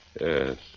Yes